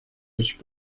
which